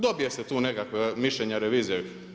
Dobije se tu nekakva mišljenja revizije.